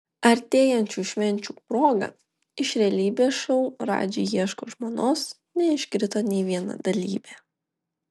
artėjančių švenčių proga iš realybės šou radži ieško žmonos neiškrito nė viena dalyvė